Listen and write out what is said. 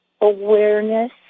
awareness